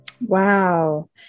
Wow